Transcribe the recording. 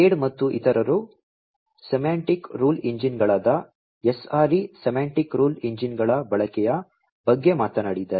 ಕೇಡ್ ಮತ್ತು ಇತರರು semantic rule ಇಂಜಿನ್ಗಳಾದ ಎಸ್ಆರ್ಇ ಸೆಮ್ಯಾಂಟಿಕ್ ರೂಲ್ ಇಂಜಿನ್ಗಳ ಬಳಕೆಯ ಬಗ್ಗೆ ಮಾತನಾಡಿದರು